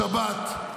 השבת,